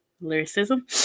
Lyricism